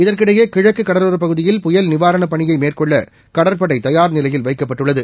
இதற்கிடையே கிழக்கு கடலோரப் பகுதியில் புயல் நிவாரணப் பணியை மேற்கொள்ள கடற்படை தயார் நிலையில் வைக்கப்பட்டுள்ளது